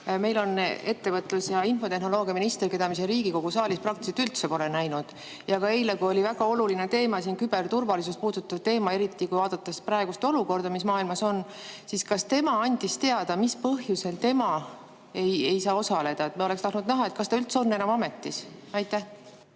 meil on ettevõtlus‑ ja infotehnoloogiaminister, keda me siin Riigikogu saalis praktiliselt üldse pole näinud. Ja ka eile, kui oli väga oluline teema, küberturvalisust puudutav teema, eriti kui vaadata praegust olukorda, mis maailmas on, siis kas tema andis teada, mis põhjusel ta ei saa osaleda. Me oleks tahtnud näha, kas ta üldse on enam ametis. Ma